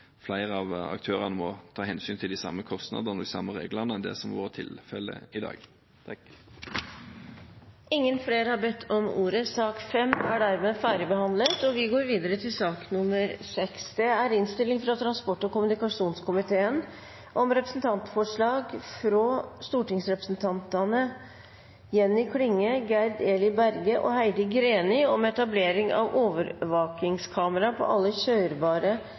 flere av aktørene må ta mer hensyn til de samme kostnadene og de samme reglene enn det som har vært tilfelle fram til i dag. Flere har ikke bedt om ordet til sak nr. 5. Etter ønske fra transport- og kommunikasjonskomiteen vil presidenten foreslå at taletiden blir begrenset til 5 minutter til hver partigruppe og